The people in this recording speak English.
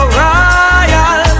royal